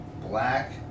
black